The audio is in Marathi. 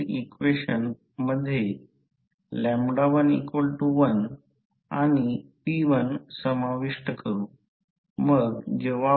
तर हे I1 आहे हा I 0 आहे आणि ही बाजू प्रवाहअसे म्हणतात की आम्ही I2 घेत आहोत आणि ही प्राथमिक वाइंडिंग आहे आणि ही R1 आहे आणि दुय्यम वाइंडिंग हे आहे